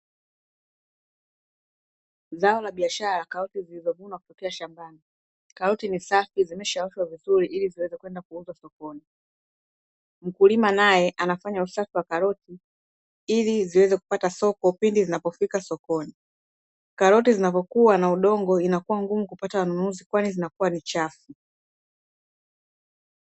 Zao la biashara la karoti zilizovunwa kutokea shambani. Karoti ni safi zimeshaoshwa vizuri ili ziweze kwenda kuuzwa sokoni. Mkulima naye anafanya usafi wa karoti ili ziweze kupata soko pindi zinapofika sokoni. Karoti zinapokuwa na udongo inakuwa ngumu kupata wanunuzi kwani zinakuwa ni chafu.